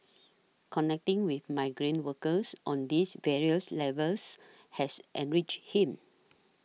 connecting with migrant workers on these various levels has enriched him